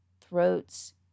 throats